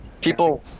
People